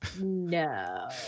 no